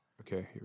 Okay